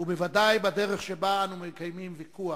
ובוודאי בדרך שבה אנו מקיימים ויכוח,